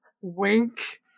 Wink